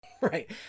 Right